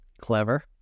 Clever